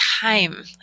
time